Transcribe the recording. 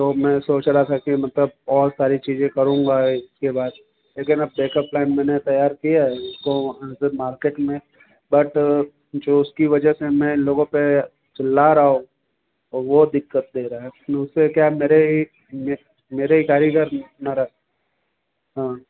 तो मैं सोच रहा था की मतलब और सारी चीज़ें करूँगा इसके बाद लेकिन अब बैकअप प्लान मैंने तैयार किया है तो मुझे मार्केट में बट जो उसकी वजह से मैं लोगों पर चिल्ला रहा हूँ वो दिक्कत दे रहा है उससे क्या है मे मेरे ही कारीगर नाराज़ हाँ